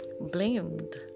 blamed